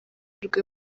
rwe